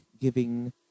giving